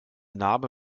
narbe